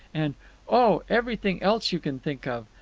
and oh, everything else you can think of.